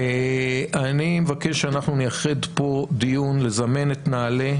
אני מבקש שאנחנו נייחד פה דיון לזמן את נעל"ה,